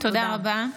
תודה רבה.